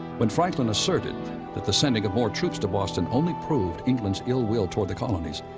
when franklin asserted that the sending of more troops to boston only proved england's ill will toward the colonies,